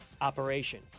operation